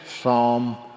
Psalm